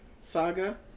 saga